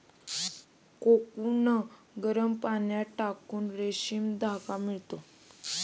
cocoon गरम पाण्यात टाकून रेशीम धागा मिळतो